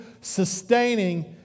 sustaining